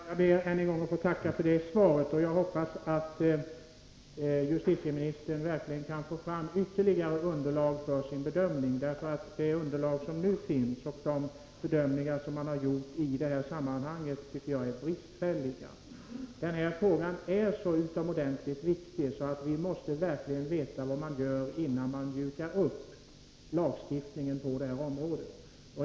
Herr talman! Jag ber att få tacka för den kompletteringen. Jag hoppas att justitieministern kan få fram ytterligare underlag för sin bedömning. Det underlag som nu finns och de bedömningar som man har gjort i det här sammanhanget tycker jag är bristfälliga. Frågan är så utomordentligt viktig att vi verkligen måste veta vad vi gör, innan vi mjukar upplagstiftningen på det här området.